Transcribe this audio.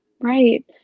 Right